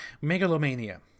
Megalomania